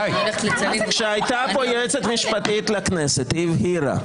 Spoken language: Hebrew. כשהייתה פה היועצת המשפטית לכנסת היא הבהירה,